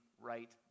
right